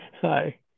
Hi